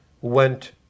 went